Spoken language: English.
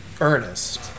Ernest